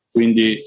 Quindi